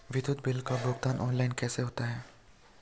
विद्युत बिल का भुगतान ऑनलाइन कैसे होता है?